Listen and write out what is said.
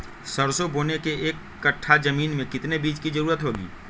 सरसो बोने के एक कट्ठा जमीन में कितने बीज की जरूरत होंगी?